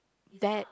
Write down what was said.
that